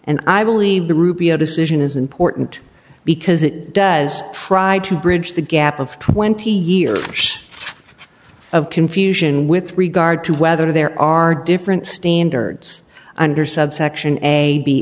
and i believe the rubio decision is important because it does try to bridge the gap of twenty years of confusion with regard to whether there are different standards under subsection a b